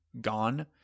gone